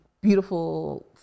beautiful